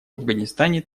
афганистане